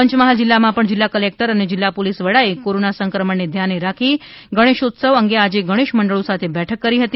પંચમહાલ જીલ્લામાં પણ જીલ્લા કલેકટર અને જીલ્લા પોલીસ વડાએ કોરોના સંક્રમણના જોખમને ધ્યાને રાખી ગણેશોત્સવ અંગે આજે ગણેશ મંડળો સાથે બેઠક કરી હતી